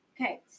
okay